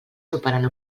superant